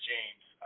James